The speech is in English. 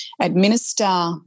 administer